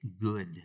good